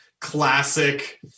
classic